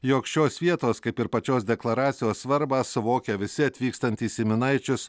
jog šios vietos kaip ir pačios deklaracijos svarbą suvokia visi atvykstantys į minaičius